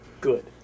good